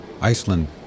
Iceland